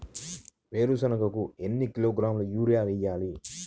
వేరుశనగకు ఎన్ని కిలోగ్రాముల యూరియా వేయాలి?